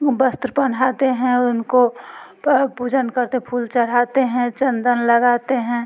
वस्त्र पहनाते हैं उनको पर पूजन करते फूल चढ़ाते हैं चंदन लगाते हैं